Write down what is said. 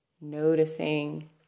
noticing